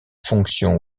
fonction